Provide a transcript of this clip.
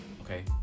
Okay